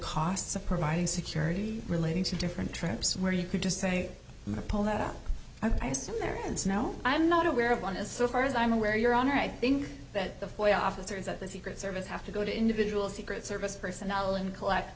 costs of providing security relating to different trips where you could just say pull that out i assume there is no i'm not aware of one as so far as i'm aware your honor i think that the foyer officers at the secret service have to go to individual secret service personnel and collect